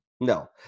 No